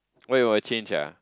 why you wanna change ah